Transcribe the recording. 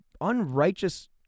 unrighteous